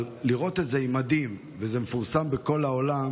אבל לראות את זה במדים וזה מפורסם בכל העולם,